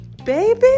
baby